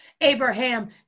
Abraham